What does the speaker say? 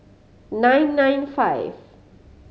nine nine five